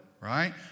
right